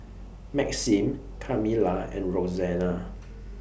Maxim Kamilah and Roxanna